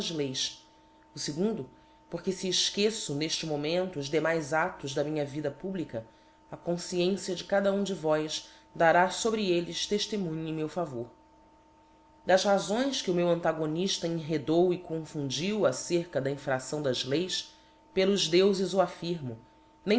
leis o fegundo porque fe efqueço n'efte momento os demais aâos da minha vida publica a confciencia de cada um de vós dará fobre elles teftemunho em meu favor das razões que o meu antagonifta enredou e confundiu acerca da infracção das leis pelos deufes o aflrmo